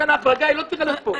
לכן ההחרגה לא צריכה להיות פה,